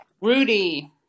Rudy